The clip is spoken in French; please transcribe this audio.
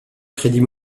crédit